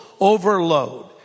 overload